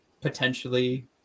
potentially